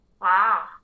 Wow